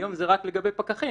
היום זה רק לגבי פקחים.